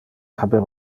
haber